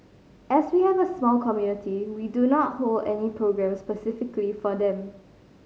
as we have a small community we do not hold any programmes specifically for them